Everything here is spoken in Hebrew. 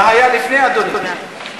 מה היה לפני, אדוני?